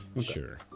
Sure